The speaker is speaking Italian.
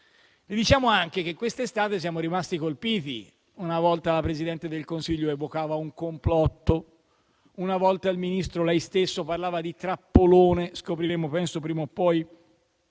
le diciamo anche che quest'estate siamo rimasti colpiti: una volta la Presidente del Consiglio evocava un complotto, una volta il Ministro - lei stesso - parlava di trappolone - penso che scopriremo, prima o poi,